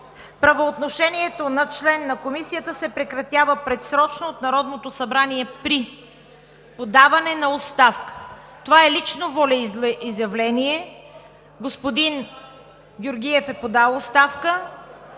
„Правоотношението на член на Комисията се прекратява предсрочно от Народното събрание при подаване на оставка.“ Това е лично волеизявление. Господин Георгиев е подал оставка,